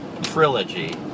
Trilogy